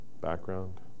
background